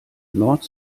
nord